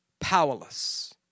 Powerless